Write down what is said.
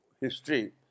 history